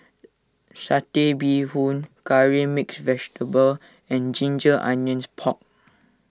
Satay Bee Boon Curry Mixed Vegetable and Ginger Onions Pork